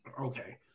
okay